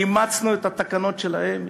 אימצנו את התקנות שלהן,